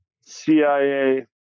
CIA